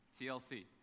TLC